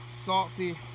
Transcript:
Salty